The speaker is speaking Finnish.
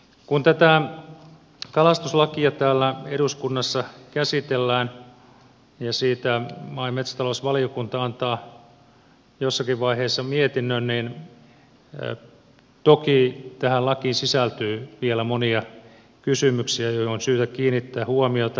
kun tätä kalastuslakia täällä eduskunnassa käsitellään ja siitä maa ja metsätalousvaliokunta antaa jossakin vaiheessa mietinnön niin toki tähän lakiin sisältyy vielä monia kysymyksiä joihin on syytä kiinnittää huomiota